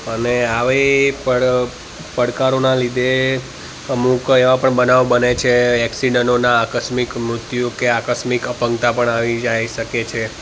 અને આવી પડ પડકારોના લીધે અમુક એવા પણ બનાવો બને છે ઍક્સિડન્ટોના આકસ્મિક મૃત્યુ કે આકસ્મિક અપંગતા પણ આવી જાઈ શકે છે